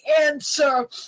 answer